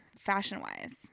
fashion-wise